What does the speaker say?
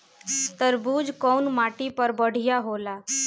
तरबूज कउन माटी पर बढ़ीया होला?